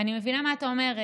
אני מבינה מה אתה אומר,